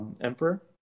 Emperor